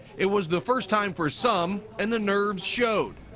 it was the first time for some and the nerves showed,